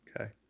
okay